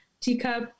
teacup